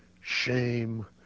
shame